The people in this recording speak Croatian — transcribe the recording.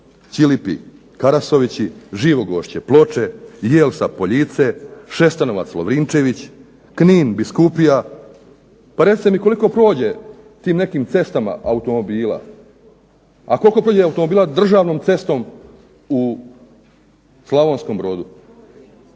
Ćilipi - Karosivići, Živogošće - Ploče, Jelsa - Poljice, Šestanovac - Lovrinčević, Knin - Biskupija. Pa recite mi koliko prođe tim nekim cestama automobila? A koliko prođe automobila državnom cestom u Slavonskom Brodu.